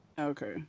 Okay